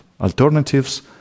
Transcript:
alternatives